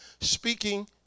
speaking